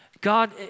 God